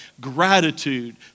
gratitude